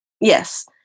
Yes